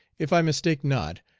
if i mistake not,